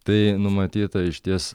tai numatyta išties